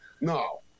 No